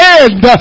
end